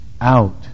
out